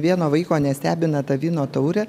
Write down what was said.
vieno vaiko nestebina ta vyno taurė